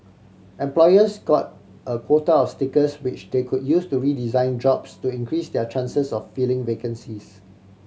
employers got a quota of stickers which they could use to redesign jobs to increase their chances of filling vacancies